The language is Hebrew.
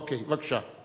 אוקיי, בבקשה.